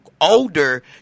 older